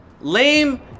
Lame